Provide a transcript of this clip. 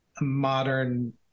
modern